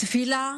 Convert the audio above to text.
תפילה